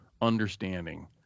understanding